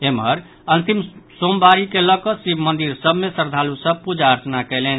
एम्हर अंतिम सोमवारी के लऽ कऽ शिव मंदिर सभ मे श्रद्धालु सभ पूजा अर्चना कयलनि